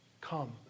come